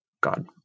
God